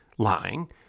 lying